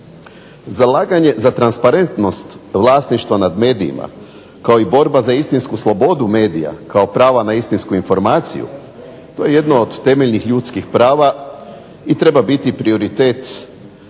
Zalaganje za transparentnost vlasništva nad medijima kao i borba za istinsku slobodu medija, kao prava na istinsku informaciju to je jedno od temeljnih ljudskih prava i treba biti prioritet